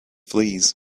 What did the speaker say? fleas